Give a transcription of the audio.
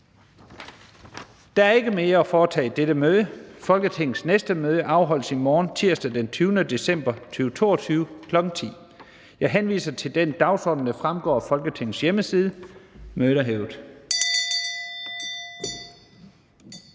Der er ikke mere at foretage i dette møde. Folketingets næste møde afholdes i morgen, tirsdag den 20. december 2022, kl. 10.00. Jeg henviser til den dagsorden, der fremgår af Folketingets hjemmeside. Mødet er hævet.